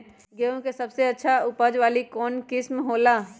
गेंहू के सबसे अच्छा उपज वाली कौन किस्म हो ला?